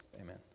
Amen